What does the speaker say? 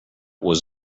was